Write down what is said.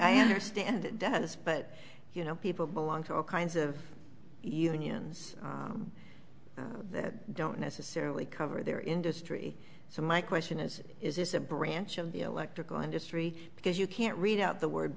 i understand it does but you know people belong to all kinds of unions that don't necessarily cover their industry so my question is is this a branch of the electrical industry because you can't read out the word